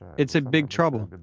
it's a big trouble.